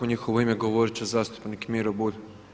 U njihovo ime govoriti će zastupnik Miro Bulj.